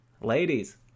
ladies